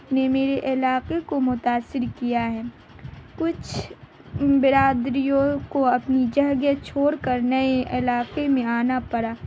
آپ نے میرے علاقے کو متاثر کیا ہے کچھ برادریوں کو اپنی جگہ چھوڑ کر نئے علاقے میں آنا پڑا